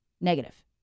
negative